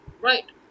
right